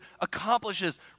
accomplishes